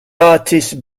artist